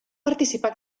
participar